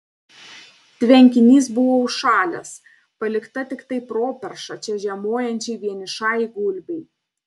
tvenkinys buvo užšalęs palikta tiktai properša čia žiemojančiai vienišai gulbei